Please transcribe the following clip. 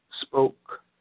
Spoke